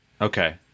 Okay